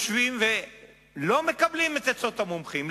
בכל העולם יושבים ולא מקבלים את עצות המומחים.